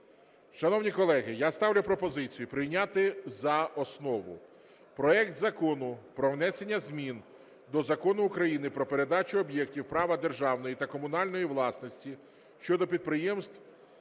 Шановні колеги, я ставлю пропозицію прийняти за основу проект Закону про внесення змін до Закону України "Про передачу об'єктів права державної та комунальної власності" щодо підприємств